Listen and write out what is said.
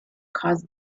caused